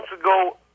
ago